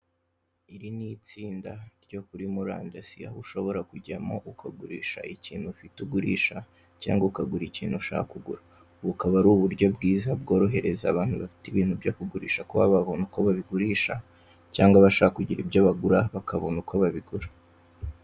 Iri ni itsinda ryo kuri murandasi aho ushobora kujyamo ukagurisha ikintu ufite ugurisha cyangwa ukagura ikintu ushaka kugura bukaba ari uburyo bwiza bworohereza abantu bafite ibintu byo bagurisha kuba babona uko babigurisha cyangwa bashaka kugira ibyo bagura bakabona uko babigura.